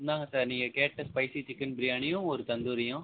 இந்தாங்க சார் நீங்கள் கேட்ட ஸ்பைசி சிக்கன் பிரியாணியும் ஒரு தந்தூரியும்